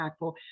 impactful